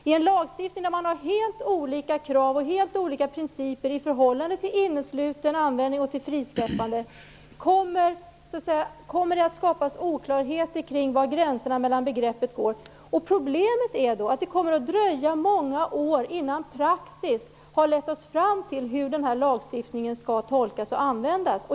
I en lagstiftning där man har helt olika krav och helt olika principer beträffande innesluten användning och frisläppande kommer det att skapas oklarheter kring var gränserna mellan begreppen går. Problemet är att det kommer att dröja många år innan praxis har lett oss fram till hur lagstiftningen skall tolkas och användas.